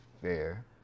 fair